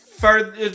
further